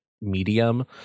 medium